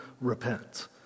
repent